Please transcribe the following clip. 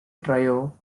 trio